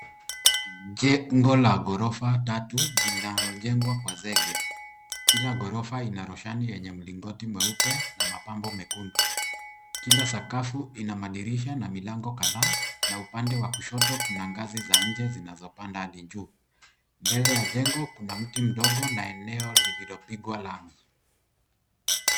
Jengo la gorofa tatu linalojengwa kwa zege. Kila gorofa ina roshani yenye mlingoti mweupe na mapambo mekundu. Kila sakafu ina madirisha na milango kadhaa na upande wa kushoto kuna ngazi za nje zinazopanda hadi juu. Mbele ya jengo kuna mti mdogo na eneo lililopigwa lami.